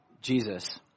Jesus